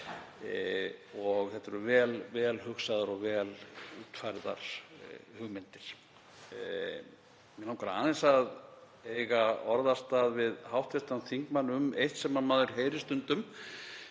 og þetta eru vel hugsaðar og vel útfærðar hugmyndir. Mig langar aðeins að eiga orðastað við hv. þingmann um eitt sem maður heyrir stundum